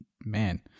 Man